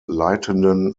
leitenden